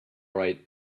right